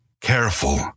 Careful